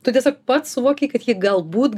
tu tiesiog pats suvokei kad jie galbūt